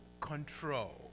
control